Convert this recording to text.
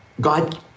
God